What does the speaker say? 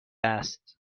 است